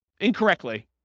incorrectly